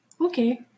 Okay